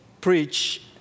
preach